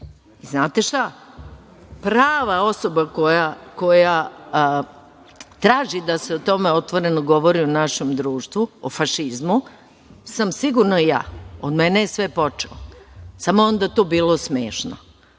šta, prava osoba koja traži da se o tome otvoreno govori u našem društvu, o fašizmu, sam sigurno ja. Od mene je sve počelo. Samo je onda to bilo smešno.